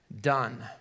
done